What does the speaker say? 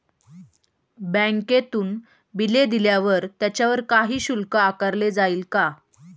बँकेतून बिले दिल्यावर त्याच्यावर काही शुल्क आकारले जाईल का?